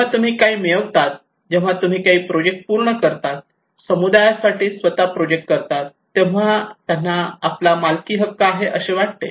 जेव्हा तुम्ही काही मिळवतात जेव्हा तुम्ही काही प्रोजेक्ट पूर्ण करतात समुदायासाठी स्वतः प्रोजेक्ट करतात तेव्हा त्यांना आपला मालकी हक्क आहे असे वाटते